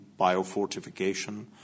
biofortification